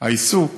העיסוק